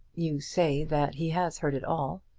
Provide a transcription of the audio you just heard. you say that he has heard it all.